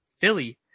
Philly